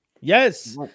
Yes